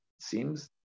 seems